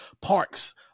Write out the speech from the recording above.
parks